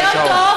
רעיון טוב.